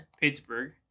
Pittsburgh